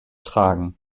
tragen